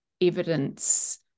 evidence